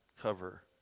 cover